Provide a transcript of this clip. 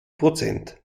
prozent